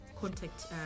contact